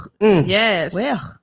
Yes